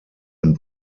ein